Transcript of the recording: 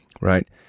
right